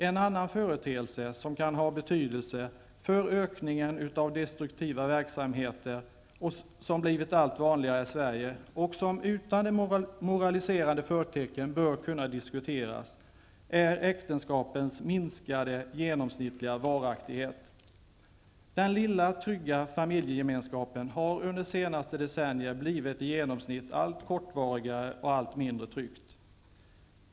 En annan företeelse som kan ha betydelse för ökningen av sådana destruktiva verksamheter som har blivit allt vanligare i Sverige, och som utan moraliserande förtecken bör kunna diskuters, är äktenskapens minskade genomsnittliga varaktighet. Den lilla trygga familjegemenskapen har under de senaste decennierna blivit i genomsnitt allt kortvarigare och allt mindre trygg.